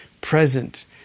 present